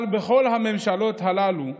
אבל כל הממשלות האלה,